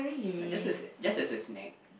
like just as just as a snack